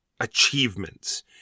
achievements